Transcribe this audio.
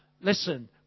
listen